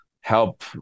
help